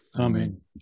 Amen